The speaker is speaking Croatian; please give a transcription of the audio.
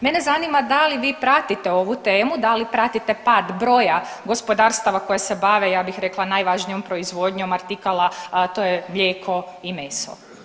Mene zanima da li vi pratite ovu temu, da li pratite pad broja gospodarstava koja se bave ja bih rekla najvažnijom proizvodnjom artikala, a to je mlijeko i meso.